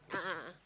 a'ah a'ah